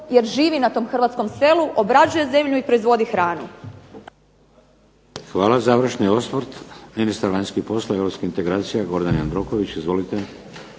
jer živi na tom hrvatskom selu, obrađuje zemlju i proizvodi hranu.